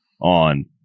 on